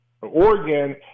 Oregon